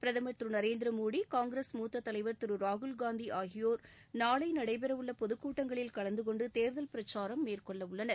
பிரதுமர் திரு நரேந்திரமோடி காங்கிரஸ் மூத்த தலைவர் திரு ராகுல்காந்தி ஆகியோர் நாளை நடைபெறவுள்ள பொதுக்கூட்டங்களில் கலந்துகொண்டு தேர்தல் பிரசாரம் மேற்கொள்ளவுள்ளனர்